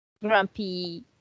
grumpy